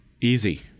Easy